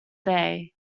bay